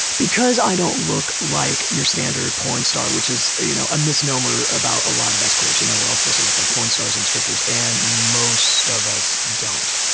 because i don't look like your standard porn star, which is you know a misnomer about a lot of escorts, you know we're supposed to look like porn stars and strippers and most of us don't.